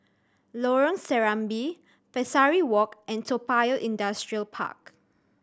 Lorong Serambi Pesari Walk and Toa Payoh Industrial Park